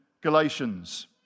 Galatians